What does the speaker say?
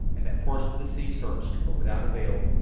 and that portion of the sea searched, but without avail.